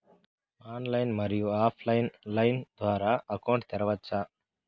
Online, మరియు offline line ద్వారా account తెరవచ్చా?